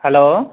hello